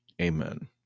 Amen